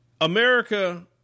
America